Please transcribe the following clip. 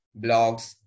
blogs